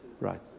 Right